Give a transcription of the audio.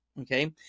Okay